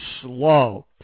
slow